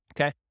okay